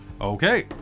Okay